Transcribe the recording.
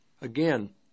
again